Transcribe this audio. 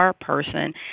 person